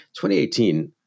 2018